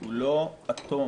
הוא לא אטום,